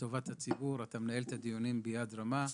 לטובת הציבור ואתה מנהל את הדיונים ביד רמה.